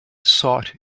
sought